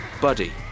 Buddy